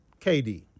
KD